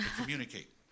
Communicate